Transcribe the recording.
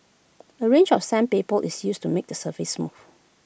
A range of sandpaper is used to make the surface smooth